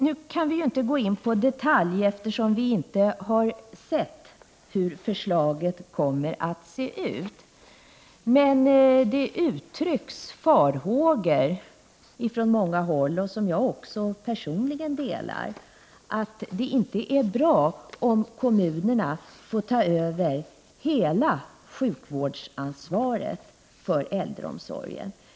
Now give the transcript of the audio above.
Vi kan inte nu gå in på detaljer i förslaget, eftersom vi inte sett hur det kommer att se ut, men det uttrycks farhågor från många håll, farhågor som jag personligen delar, att det inte är bra om kommunerna får ta över hela sjukvårdsansvaret för äldreomsorgen.